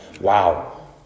Wow